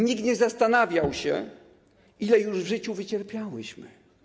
Nikt nie zastanawiał się, ile już w życiu wycierpiałyśmy.